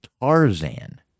Tarzan